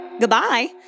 Goodbye